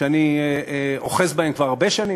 שאני אוחז בהם כבר הרבה שנים,